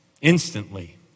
Instantly